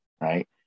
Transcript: right